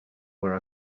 were